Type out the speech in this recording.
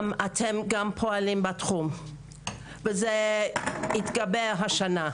אתם גם פועלים בתחום וזה התקבע השנה.